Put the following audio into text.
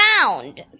found